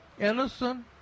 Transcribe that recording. innocent